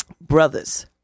brothers